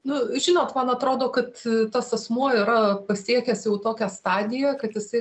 nu žinot man atrodo kad tas asmuo yra pasiekęs tokią stadiją kad jisai